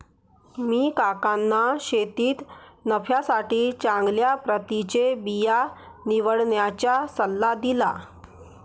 मी काकांना शेतीत नफ्यासाठी चांगल्या प्रतीचे बिया निवडण्याचा सल्ला दिला